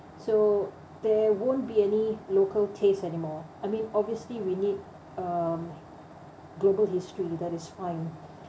so there won't be any local taste anymore I mean obviously we need um global history that is fine